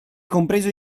compreso